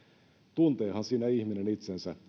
tunteehan siinä ihminen itsensä